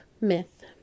myth